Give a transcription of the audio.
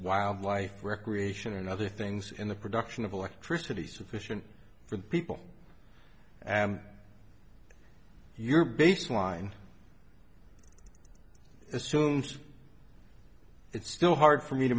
wildlife recreation and other things in the production of electricity sufficient for people and your baseline assumes it's still hard for me to